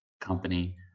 company